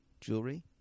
jewelry